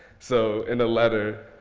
so in a letter,